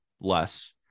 less